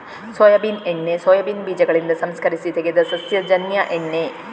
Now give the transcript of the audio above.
soybean ಎಣ್ಣೆ soybean ಬೀಜಗಳಿಂದ ಸಂಸ್ಕರಿಸಿ ತೆಗೆದ ಸಸ್ಯಜನ್ಯ ಎಣ್ಣೆ